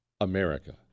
America